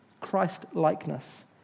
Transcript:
Christ-likeness